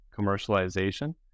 commercialization